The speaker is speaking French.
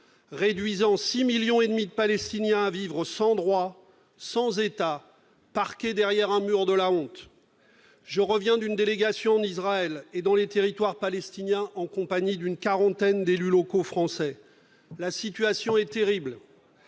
réduisant 6,5 millions de Palestiniens à vivre sans droits, sans État, parqués derrière un mur de la honte. Je reviens d'Israël et des territoires palestiniens où je me suis rendu en compagnie d'une quarantaine d'élus locaux français. La situation est terrible